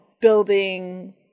building